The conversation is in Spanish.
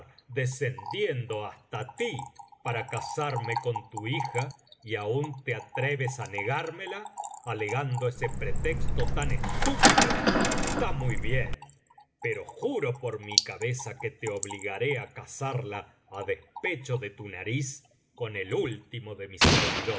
descendiendo hasta ti para casarme con tu hija y aún te atreves á negármela alegando ese pretexto tan estúpido está muy bien pero juro por mi cabeza que te obligaré á casarla á despecho de tu nariz con el último de mis